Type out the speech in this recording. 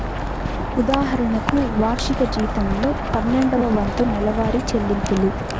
ఉదాహరణకు, వార్షిక జీతంలో పన్నెండవ వంతు నెలవారీ చెల్లింపులు